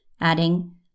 adding